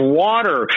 water